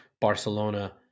Barcelona